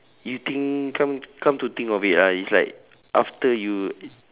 you think come come to think of it right is like after you